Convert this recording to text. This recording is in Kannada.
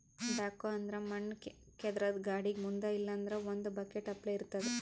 ಬ್ಯಾಕ್ಹೊ ಅಂದ್ರ ಮಣ್ಣ್ ಕೇದ್ರದ್ದ್ ಗಾಡಿಗ್ ಮುಂದ್ ಇಲ್ಲಂದ್ರ ಒಂದ್ ಬಕೆಟ್ ಅಪ್ಲೆ ಇರ್ತದ್